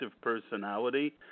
personality